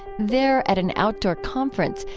there, at an outdoor conference,